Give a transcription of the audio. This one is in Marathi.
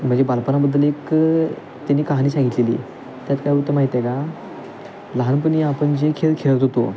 म्हणजे बालपणाबद्दल एक त्यांनी कहाणी सांगितलेली त्यात काय होतं माहीत आहे का लहानपणी आपण जे खेळ खेळत होतो